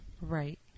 Right